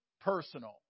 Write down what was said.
personal